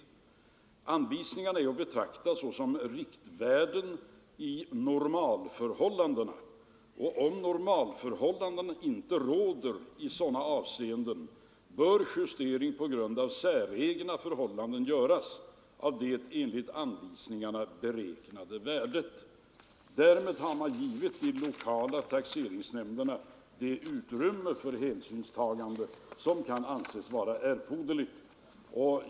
De värden som anges i anvisningarna är att betrakta såsom riktvärden vid normalförhållanden, och om normalförhållanden inte råder i vissa avseenden bör justering på grund av säregna förhållanden göras av det enligt anvisningarna beräknade värdet. Därmed har man gett de lokala taxeringsnämnderna det utrymme för hänsynstagande som kan anses erforderligt.